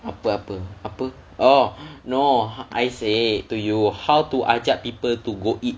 apa apa orh no I say to you how to ajak people to go eat